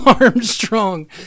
Armstrong